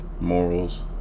morals